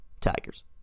Tigers